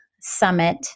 summit